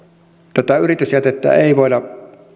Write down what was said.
tätä yritysjätettä ei voida